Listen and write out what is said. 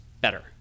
better